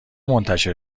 منتشر